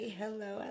hello